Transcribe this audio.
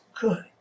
good